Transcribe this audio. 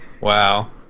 Wow